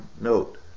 Note